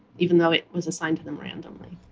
even though it was assigned to them randomly.